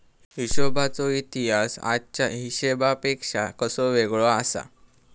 हिशोबाचो इतिहास आजच्या हिशेबापेक्षा कसो वेगळो आसा?